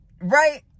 Right